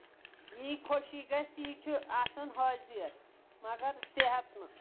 یہِ خۄشی گژھِ تہِ چھُ آسان حٲضیٖر مگر صحت نہٕ